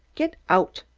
get out!